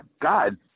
God